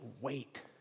wait